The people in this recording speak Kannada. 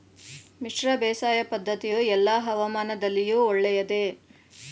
ಮಿಶ್ರ ಬೇಸಾಯ ಪದ್ದತಿಯು ಎಲ್ಲಾ ಹವಾಮಾನದಲ್ಲಿಯೂ ಒಳ್ಳೆಯದೇ?